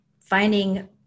finding